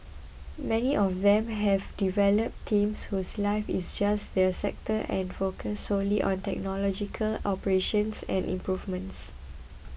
many of them have developed teams whose life is just their sector and focus solely on technological operations and improvements